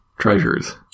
treasures